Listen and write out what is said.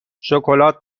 شکلات